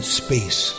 space